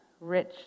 rich